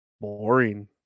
boring